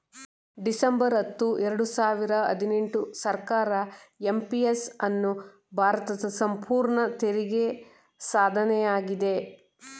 December ಹತ್ತು ಎರಡು ಸಾವಿರ ಹದಿನೆಂಟು ಸರ್ಕಾರ ಎಂ.ಪಿ.ಎಸ್ ಅನ್ನು ಭಾರತ ಸಂಪೂರ್ಣ ತೆರಿಗೆ ಸಾಧನೆಯಾಗಿದೆ